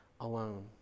alone